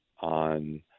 on